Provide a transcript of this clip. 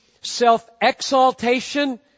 self-exaltation